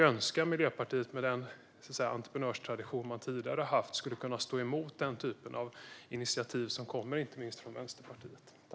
Jag önskar att Miljöpartiet, med den entreprenörstradition som man tidigare har haft, skulle kunna stå emot den typ av initiativ som kommer inte minst från Vänsterpartiet.